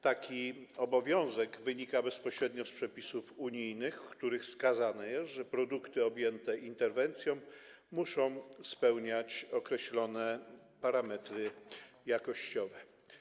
Taki obowiązek wynika bezpośrednio z przepisów unijnych, w których wskazane jest, że produkty objęte interwencją muszą spełniać określone parametry jakościowe.